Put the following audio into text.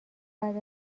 بعد